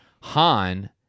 Han